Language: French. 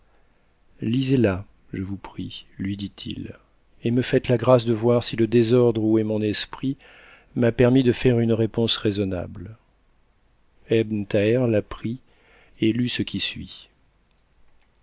lisez la je vous prie lui dit-il et me faites la grâce de voir si le désordre où est mon esprit m'a permis de faire une réponse raisonnable ebn thaher la prit et lut ce qui suit